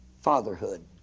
fatherhood